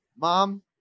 mom